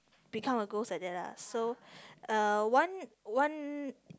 become a ghost like that lah so uh one one